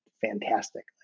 fantastic